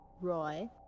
roy